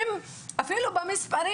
ם אפילו במספרים.